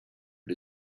but